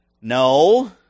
No